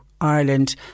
Ireland